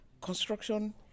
construction